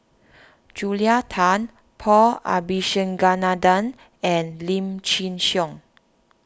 Julia Tan Paul Abisheganaden and Lim Chin Siong